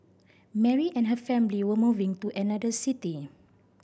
Mary and her family were moving to another city